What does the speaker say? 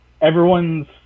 everyone's